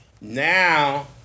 Now